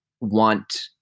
want